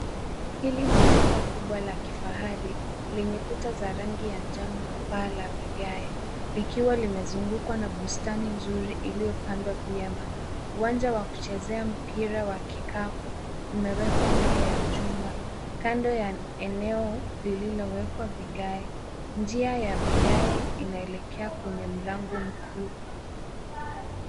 Hili ni chumba kubwa la kifahari lenye kuta za rangi ya njano na paa la vigae likiwa limezungukwa na bustani nzuri iliyopandwa vyema. Uwanja wa kuchezea mpira wa kikapu umewekwa mbele ya chumba, kando ya eneo lililowekwa vigae. Njia ya vigae inaelekea kwenye mlango mkuu.